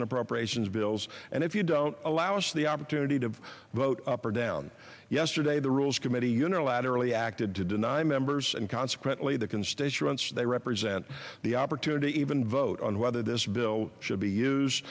in appropriations bills and if you don't allow us the opportunity to vote up or down yesterday the rules committee unilaterally acted to deny members and consequently the constituents they represent the opportunity even vote on whether this bill should be used